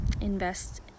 Invest